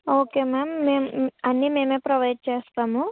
okay ma'am మేము అన్నీ మేమే ప్రొవైడ్ చేస్తాము